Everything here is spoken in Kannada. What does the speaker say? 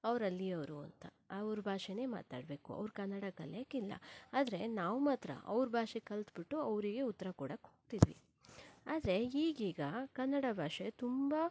ಅವರು ಅಲ್ಲಿಯವರು ಅಂತ ಆ ಊರ ಭಾಷೆನೇ ಮಾತಾಡಬೇಕು ಅವರು ಕನ್ನಡ ಕಲಿಯಕ್ಕಿಲ್ಲ ಆದರೆ ನಾವು ಮಾತ್ರ ಅವರ ಭಾಷೆ ಕಲ್ತ್ಬಿಟ್ಟು ಅವರಿಗೆ ಉತ್ತರ ಕೊಡಕ್ಕೆ ಹೋಗ್ತೀವಿ ಆದರೆ ಈಗೀಗ ಕನ್ನಡ ಭಾಷೆ ತುಂಬ